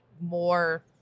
more